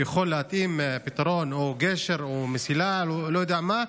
יכול להתאים פתרון, גשר או מסילה, לא יודע מה.